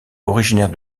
originaire